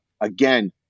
Again